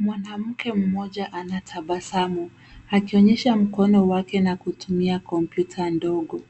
Mwanamke mmoja anatabasamu akionyesha mkono wake na kutumia kompyuta ndogo.